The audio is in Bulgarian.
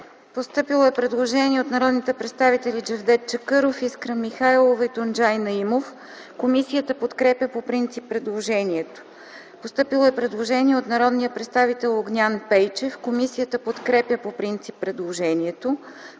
Постъпило е предложение от народни представители Джевдет Чакъров, Искра Михайлова и Тунджай Наимов. Комисията подкрепя по принцип предложението. Постъпило е предложение от народния представител Огнян Пейчев. Комисията подкрепя по принцип предложението.